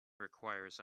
requires